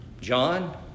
John